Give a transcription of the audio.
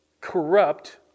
corrupt